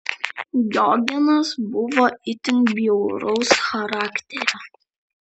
diogenas buvo itin bjauraus charakterio